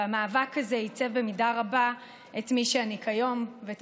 והמאבק הזה עיצב במידה רבה את מי שאני כיום ואת